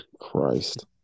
Christ